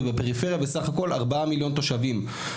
ובפריפריה בסך הכל 4 מיליון תושבים.